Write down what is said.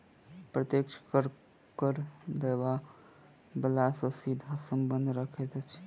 प्रत्यक्ष कर, कर देबय बला सॅ सीधा संबंध रखैत अछि